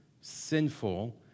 sinful